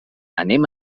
anem